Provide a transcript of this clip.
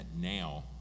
now